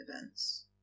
events